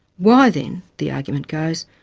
why then, the argument goes,